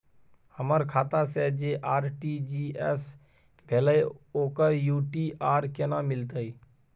हमर खाता से जे आर.टी.जी एस भेलै ओकर यू.टी.आर केना मिलतै?